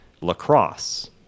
lacrosse